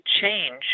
change